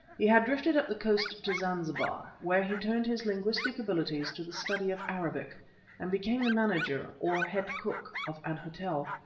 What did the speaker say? he had drifted up the coast to zanzibar, where he turned his linguistic abilities to the study of arabic and became the manager or head cook of an hotel.